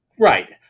Right